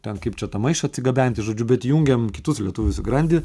ten kaip čia tą maišą atsigabenti žodžiu bet jungėm kitus lietuvius į grandį